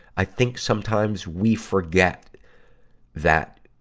i think sometimes we forget that,